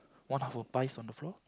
one of her pies on the floor